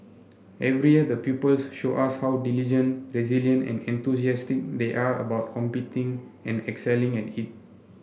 every year the pupils show us how diligent resilient and enthusiastic they are about competing and excelling at it